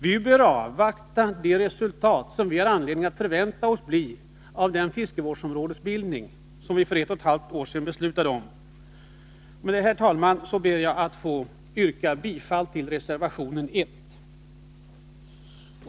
Vi bör avvakta de resultat som vi har anledning förvänta oss av den fiskevårdsområdesbildning som vi för ett och ett halvt år sedan fattade beslut om. Med det anförda ber jag, herr talman, att få yrka bifall till reservation 1.